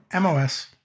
MOS